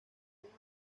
lleva